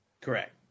Correct